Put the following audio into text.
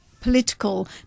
political